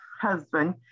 husband